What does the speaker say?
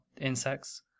insects